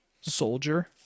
soldier